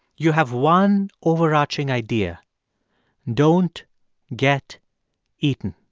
you have one overarching idea don't get eaten